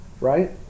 right